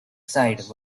side